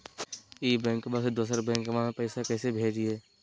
ई बैंकबा से दोसर बैंकबा में पैसा कैसे भेजिए?